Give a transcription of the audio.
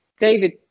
David